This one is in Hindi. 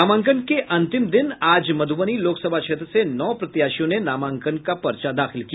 नामांकन के अंतिम दिन आज मध्रबनी लोकसभा क्षेत्र से नौ प्रत्याशियों ने नामांकन का पर्चा दाखिल किया